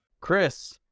Chris